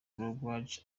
croidja